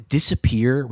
disappear